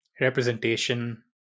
representation